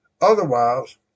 Otherwise